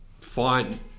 fine